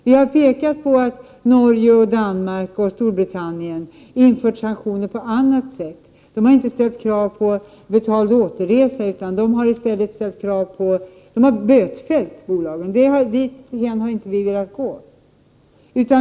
Vi har pekat på att Norge, Danmark och Storbritannien på annat sätt infört sanktioner. De har inte ställt krav på betald återresa, utan de har i stället bötfällt bolagen. Den vägen har vi inte velat gå.